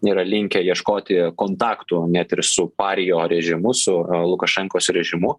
nėra linkę ieškoti kontaktų net ir su parijo rėžimu su lukašenkos režimu